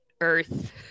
Earth